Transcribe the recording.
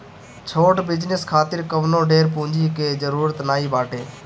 छोट बिजनेस खातिर कवनो ढेर पूंजी के जरुरत नाइ बाटे